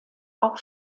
auch